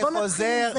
בוא נתחיל מזה.